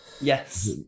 Yes